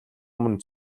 өмнө